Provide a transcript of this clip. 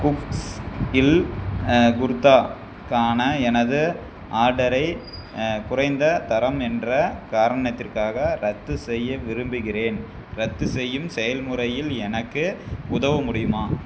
கூவ்ஸ்ஸில் குர்தாக்கான எனது ஆர்டரை குறைந்த தரம் என்ற காரணத்திற்காக ரத்து செய்ய விரும்புகின்றேன் ரத்து செய்யும் செயல்முறையில் எனக்கு உதவ முடியுமா